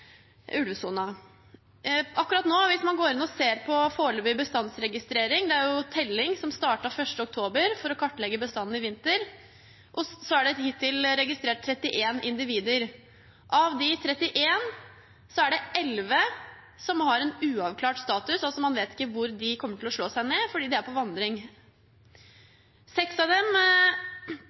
Hvis man akkurat nå går inn og ser på foreløpig bestandsregulering, for det pågår nå en telling som startet 1. oktober, for å kartlegge bestanden i vinter, er det hittil registrert 31 individer. Av de 31 er det 11 som har en uavklart status, altså at man ikke vet hvor de kommer til slå seg ned, fordi de er på vandring. Seks av dem